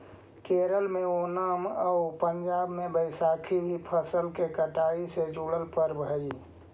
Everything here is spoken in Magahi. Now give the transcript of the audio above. केरल में ओनम आउ पंजाब में बैसाखी भी फसल के कटाई से जुड़ल पर्व हइ